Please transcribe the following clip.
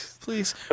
Please